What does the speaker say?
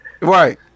Right